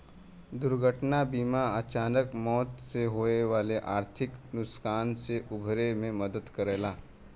दुर्घटना बीमा अचानक मौत से होये वाले आर्थिक नुकसान से उबरे में मदद करला